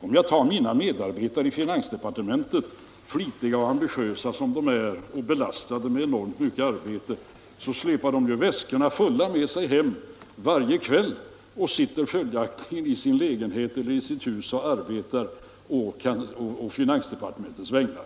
Om jag tar mina medarbetare i finansdepartementet, flitiga och ambitiösa som de är och belastade med enormt mycket arbete, så släpar de ju väskorna fulla med sig hem varje kväll och sitter följaktligen i sin lägenhet eller i sitt hus och arbetar å finansdepartementets vägnar.